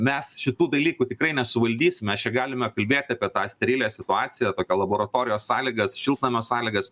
mes šitų dalykų tikrai nesuvaldysme mes čia galime kalbėti apie tą sterilią situaciją tokią laboratorijos sąlygas šiltnamio sąlygas